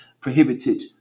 prohibited